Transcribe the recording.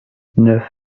neuf